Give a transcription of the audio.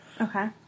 Okay